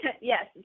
Yes